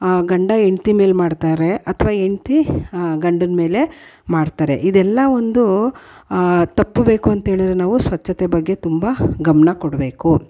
ಗಂಡ ಹೆಂಡ್ತಿ ಮೇಲೆ ಮಾಡ್ತಾರೆ ಅಥ್ವಾ ಹೆಂಡ್ತಿ ಗಂಡನ ಮೇಲೆ ಮಾಡ್ತಾರೆ ಇದೆಲ್ಲಾ ಒಂದು ತಪ್ಪಬೇಕು ಅಂತ್ಹೇಳರೆ ನಾವು ಸ್ವಚ್ಛತೆ ಬಗ್ಗೆ ತುಂಬ ಗಮನ ಕೊಡಬೇಕು